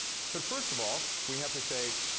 but first of all, we have to say,